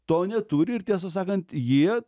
to neturi ir tiesą sakant jie